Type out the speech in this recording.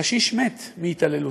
קשיש מת מהתעללות.